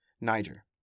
Niger